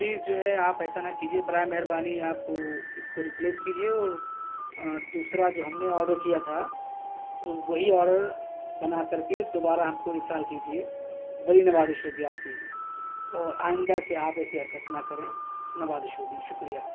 please جو ہے آپ ایسا نہ کیجیے براہ مہربانی آپ کو اس کو ریپلیس کیجیے اور دوسرا جو ہم نے آڈر کیا تھا وہی آڈر بنا کر کے دوبارہ ہم کو ارسال کیجیے بڑی نوازش ہوگی آپ کی اور آئندہ سے آپ ایسی حرکت نہ کریں نوازش ہوگی شکریہ